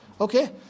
okay